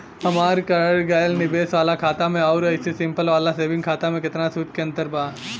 हमार करल गएल निवेश वाला खाता मे आउर ऐसे सिंपल वाला सेविंग खाता मे केतना सूद के अंतर बा?